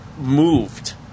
moved